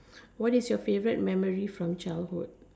what is your favourite memory from childhood